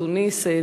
תוניסיה,